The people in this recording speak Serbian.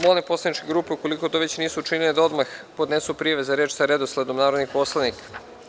Molim poslaničke grupe, ukoliko to već nisu učinile, da odmah podnesu prijave za reč sa redosledom narodnih poslanika.